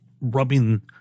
rubbing